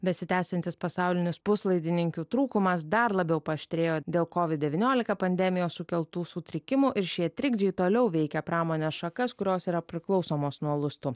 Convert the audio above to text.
besitęsiantis pasaulinis puslaidininkių trūkumas dar labiau paaštrėjo dėl covid devyniolika pandemijos sukeltų sutrikimų ir šie trikdžiai toliau veikia pramonės šakas kurios yra priklausomos nuo lustų